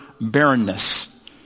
barrenness